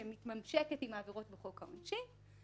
שמתממשקת עם העבירות בחוק העונשין,